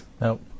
Nope